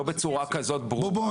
לא בצורה כזאת ברורה.